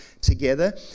together